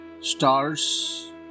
stars